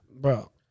bro